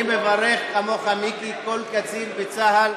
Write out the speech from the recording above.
אני מברך כמוך, מיקי, כל קצין בצה"ל.